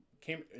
Came